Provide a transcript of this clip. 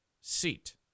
seat